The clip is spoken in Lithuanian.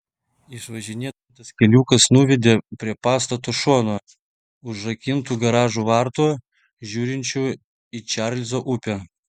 išvažinėtas keliukas nuvedė prie pastato šono užrakintų garažo vartų žiūrinčių į čarlzo upę